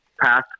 pass